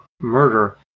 murder